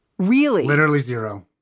really, literally zero